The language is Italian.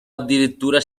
addirittura